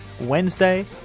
Wednesday